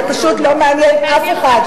זה פשוט לא מעניין אף אחד.